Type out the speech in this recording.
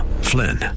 Flynn